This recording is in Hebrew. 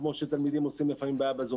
כמו שתלמידים עושים לפעמים בעיה בזום.